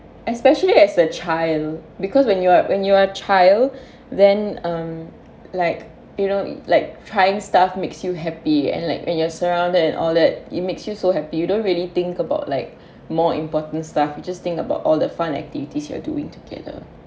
especially as a child because when you're when you're a child then um like you know like trying stuff makes you happy and like when you're surrounded and all that it makes you so happy you don't really think about like more important stuff you just think about all the fun activities you are doing together